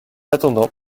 attendant